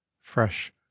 fresh